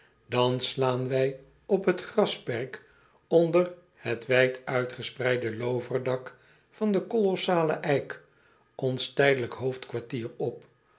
dan slaan wij op het grasperk onder het wijd uitgespreide looverdak van den kolossalen eik ons tijdelijk hoofdkwartier op